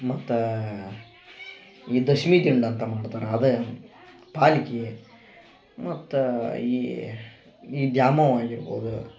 ಮತ್ತು ಈ ದಶಮಿ ದಿಂಡು ಅಂತ ಮಾಡ್ತಾರ ಅದ ಪಾಲ್ಕಿ ಮತ್ತು ಈ ಈ ದ್ಯಾಮೊವ್ವ ಆಗಿರ್ಬೋದ